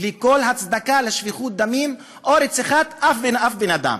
בלי כל הצדקה לשפיכות דמים או רציחת אף בן-אדם.